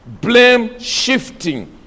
Blame-shifting